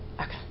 Okay